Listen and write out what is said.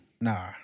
Nah